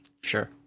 Sure